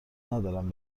ندارم